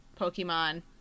Pokemon